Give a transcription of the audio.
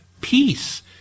Peace